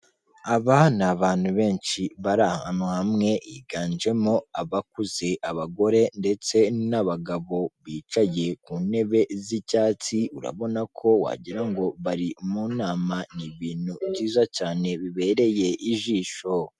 Aba ni abantu benshi bari ahantu hamwe, higanjemo abakuze, abagore ndetse n'abagabo, bicaye ku ntebe z'icyatsi, urabona ko wagirango ngo bari mu nama, ni ibintu byiza cyane bibereye ijisho.